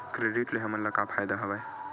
Credit ले हमन ला का फ़ायदा हवय?